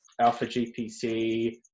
alpha-GPC